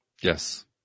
Yes